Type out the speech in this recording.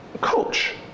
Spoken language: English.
coach